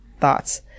thoughts